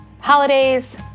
Holidays